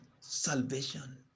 salvation